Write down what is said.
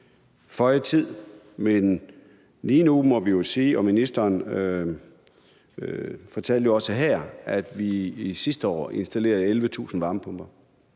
føje tid, men lige nu må vi sige – og ministeren fortalte jo også om det – at vi sidste år installerede 11.000 varmepumper.